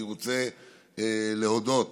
אני רוצה להודות